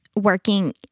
working